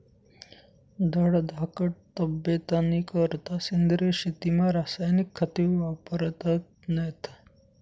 धडधाकट तब्येतनीकरता सेंद्रिय शेतीमा रासायनिक खते वापरतत नैत